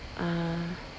ah